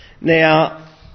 Now